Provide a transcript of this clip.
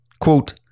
Quote